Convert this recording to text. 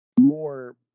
more